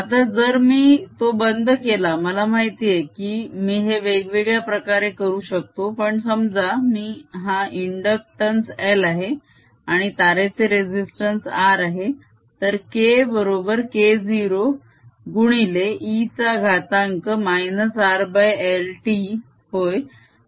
आता जर मी तो बंद केला मला माहितेय की मी हे वेगवेगळ्या प्रकारे करू शकतो पण समजा हा इंदुक्टंस L आहे आणि तारेचे रेसिस्तंस R आहे तर K बरोबर K0 गुणिले e चा घातांक -RLt होय